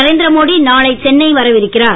நரேந்திர மோடி நாளை சென்னை வர இருக்கிறார்